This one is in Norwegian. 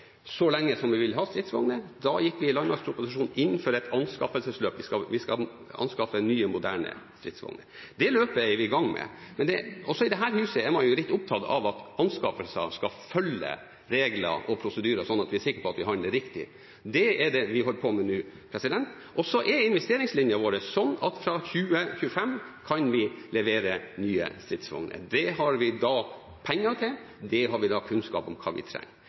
så lenge som vi vil ha stridsvogner. Da gikk vi i landmaktproposisjonen inn for et anskaffelsesløp, at vi skal anskaffe nye, moderne stridsvogner. Det løpet er vi i gang med. Også i dette huset er man jo litt opptatt av at anskaffelser skal følge regler og prosedyrer, sånn at vi er sikre på at vi handler riktig. Det er det vi holder på med nå. Og så er investeringslinjen vår sånn at vi fra 2025 kan levere nye stridsvogner. Det har vi da penger til. Da har vi kunnskap om hva vi trenger.